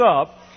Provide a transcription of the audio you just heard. up